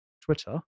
Twitter